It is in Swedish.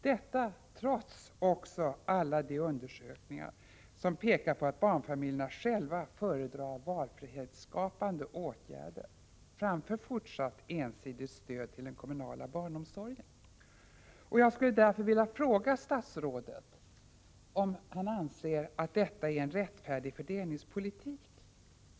Detta trots orättvisorna och alla de undersökningar som pekar på att barnfamiljerna själva föredrar valfrihetsskapande åtgärder framför fortsatt ensidigt stöd till den kommunala barnomsorgen. Jag skulle därför vilja fråga statsrådet: Anser statsrådet att detta är en rättfärdig fördelningspolitik?